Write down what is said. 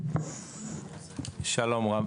שלום רב.